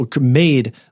made